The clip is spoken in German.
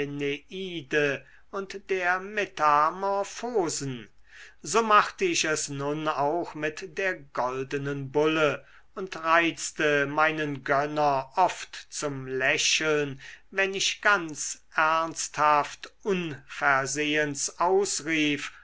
und der metamorphosen so machte ich es nun auch mit der goldenen bulle und reizte meinen gönner oft zum lächeln wenn ich ganz ernsthaft unversehens ausrief